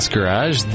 Garage